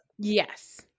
Yes